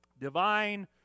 divine